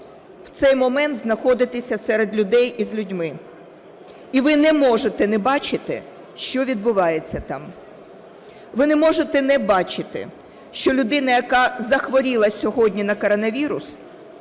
в цей момент знаходитесь серед людей і з людьми, і ви не можете не бачити, що відбувається там. Ви не можете не бачити, що людина, яка захворіла сьогодні на коронавірус,